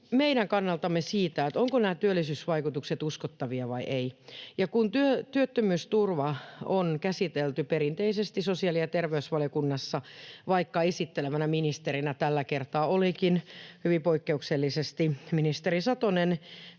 meidän kannaltamme siitä, ovatko nämä työllisyysvaikutukset uskottavia vai eivät. Kun työttömyysturva on käsitelty perinteisesti sosiaali‑ ja terveysvaliokunnassa, vaikka esittelevänä ministerinä tällä kertaa olikin hyvin poikkeuksellisesti ministeri Satonen,